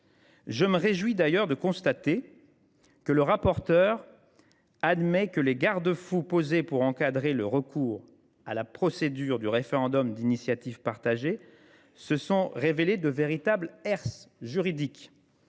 Je me réjouis d’ailleurs de lire que le rapporteur « admet que les garde fous posés pour encadrer le recours à la procédure du référendum d’initiative partagée se sont révélés, à la lumière des